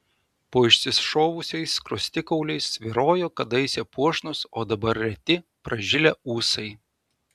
po išsišovusiais skruostikauliais svyrojo kadaise puošnūs o dabar reti pražilę ūsai